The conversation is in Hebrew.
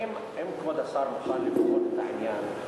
האם כבוד השר מוכן לבחון את העניין,